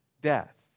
death